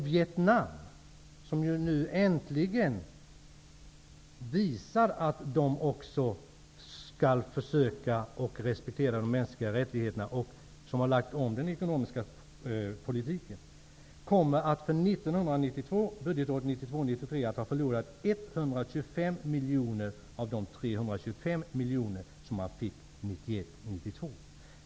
Vietnam, som nu äntligen visar att de skall försöka att respektera de mänskliga rättigheterna och som har lagt om den ekonomiska politiken, kommer budgetåret 92 92.